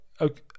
okay